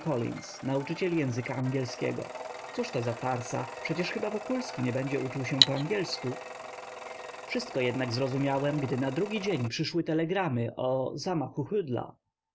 nauczyciel języka angielskiego cóż to za farsa przecie chyba wokulski nie będzie uczył się poangielsku wszystko jednak zrozumiałem gdy na drugi dzień przyszły telegramy o zamachu hdla